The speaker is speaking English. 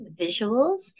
visuals